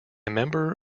member